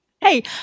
Hey